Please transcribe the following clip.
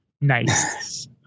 Nice